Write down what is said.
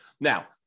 Now